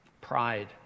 Pride